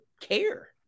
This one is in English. care